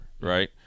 right